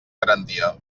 garantia